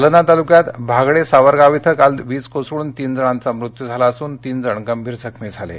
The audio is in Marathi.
जालना तालुक्यात भागडे सावरगाव इथं काल वीज कोसळून तीन जणांचा मृत्यू झाला असून तीनजण गंभीर जखमी झाले आहेत